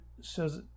says